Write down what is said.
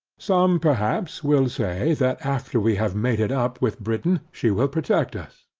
some, perhaps, will say, that after we have made it up with britain, she will protect us.